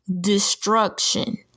destruction